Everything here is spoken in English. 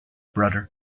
brother